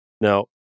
Now